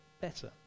better